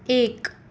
एक